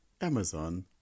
Amazon